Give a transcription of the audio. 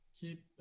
keep